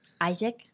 Isaac